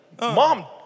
mom